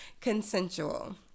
consensual